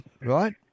right